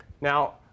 Now